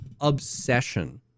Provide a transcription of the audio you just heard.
obsession